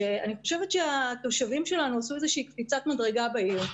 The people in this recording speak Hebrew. אני חושבת שהתושבים שלנו עשו איזושהי קפיצת מדרגה בעיר,